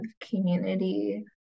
community